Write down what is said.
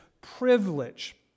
privilege